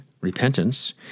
repentance